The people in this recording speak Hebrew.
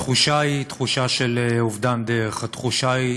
התחושה היא של אובדן דרך, התחושה היא